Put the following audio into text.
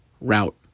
route